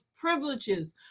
privileges